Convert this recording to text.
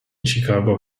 chicago